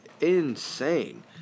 insane